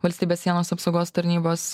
valstybės sienos apsaugos tarnybos